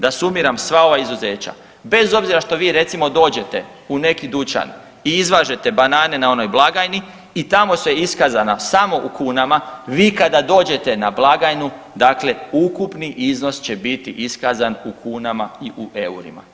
Da sumiram sva ova izuzeća bez obzira što vi recimo dođete u neki dućan i izvažete banane na onoj blagajni i tamo su iskazana samo u kunama, vi kada dođete na blagajnu dakle ukupni iznos će biti iskazan u kunama i u eurima.